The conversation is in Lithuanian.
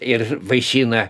ir vaišina